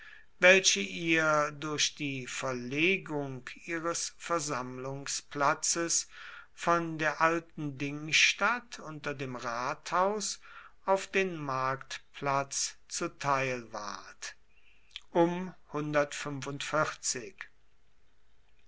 welche ihr durch die verlegung ihres versammlungsplatzes von der alten dingstatt unter dem rathaus auf den marktplatz zuteil ward